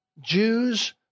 Jews